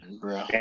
Bro